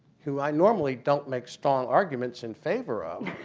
who i normally don't make strong arguments in favor of,